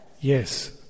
yes